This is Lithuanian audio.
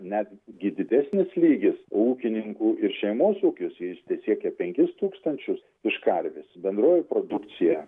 netgi didesnis lygis ūkininkų ir šeimos ūkis jis tesiekia penkis tūkstančius iš karvės bendroji produkcija